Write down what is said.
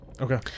Okay